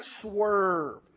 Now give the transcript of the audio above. swerve